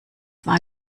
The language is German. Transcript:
war